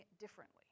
differently